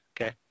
Okay